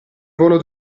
volo